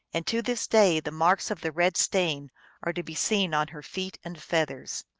and to this day the marks of the red stain are to be seen on her feet and feathers.